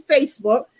Facebook